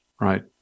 Right